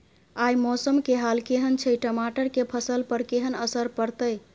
आय मौसम के हाल केहन छै टमाटर के फसल पर केहन असर परतै?